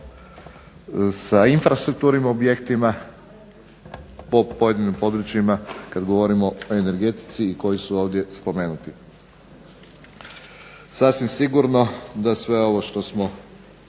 sa infrastrukturnim objektima, po pojedinim područjima, kad govorimo o energetici i koji su ovdje spomenuti. Sasvim sigurno da sve ovo što smo